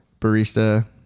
barista